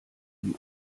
ihm